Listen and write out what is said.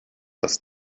das